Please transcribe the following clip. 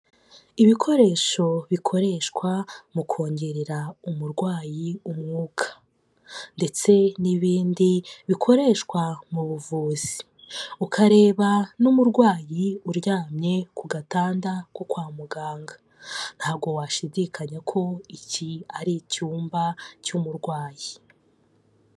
Ibikoresho bikoreshwa mu kongerera umurwayi umwuka ndetse n'ibindi bikoreshwa mu buvuzi, ukareba n'umurwayi uryamye ku gatanda ko kwa muganga, nta washidikanya ko iki ari icyumba cy'umurwayi.